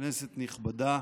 כנסת נכבדה,